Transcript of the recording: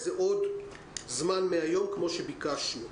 זה עוד זמן מהיום כמו שביקשנו,